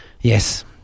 Yes